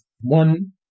one